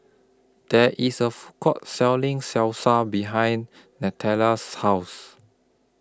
There IS A Food Court Selling Salsa behind Nataila's House